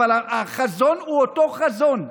אבל החזון הוא אותו חזון,